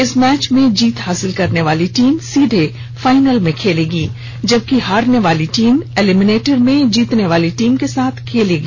इस मैच में जीत हासिल करने वाली टीम सीधे फाइनल खेलेगी जबकि हारने वाली टीम एलिमेनटर में जीतने वाली टीम के साथ खेलेगी